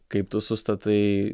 kaip tu sustatai